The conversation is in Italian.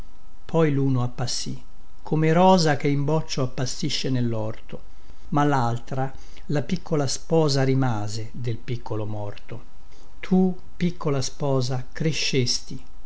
poi luno appassì come rosa che in boccio appassisce nellorto ma laltra la piccola sposa rimase del piccolo morto tu piccola sposa crescesti